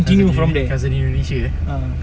cousin ni cousin ni uni share ya